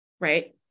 right